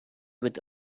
with